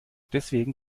deswegen